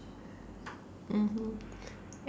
mmhmm